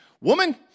woman